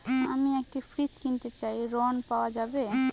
আমি একটি ফ্রিজ কিনতে চাই ঝণ পাওয়া যাবে?